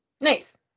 nice